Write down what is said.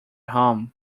home